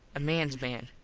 a mans man.